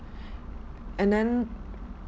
and then